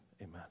amen